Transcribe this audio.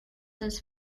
his